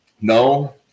No